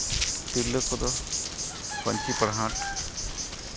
ᱛᱤᱨᱞᱟᱹ ᱠᱚᱫᱚ ᱯᱟᱹᱧᱪᱤ ᱯᱟᱨᱦᱟᱲ